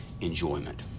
enjoyment